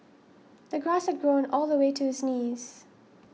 the grass had grown all the way to his knees